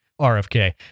rfk